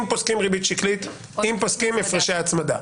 אם פוסקים ריבית שקלית אם פוסקים הפרשי הצמדה.